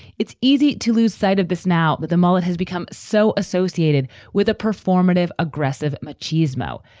it's easy to lose sight of this now, but the mullet has become so associated with a performative, aggressive machismo.